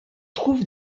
trouve